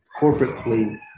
corporately